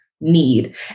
need